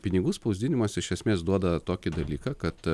pinigų spausdinimas iš esmės duoda tokį dalyką kad